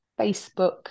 Facebook